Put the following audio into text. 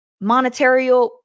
Monetary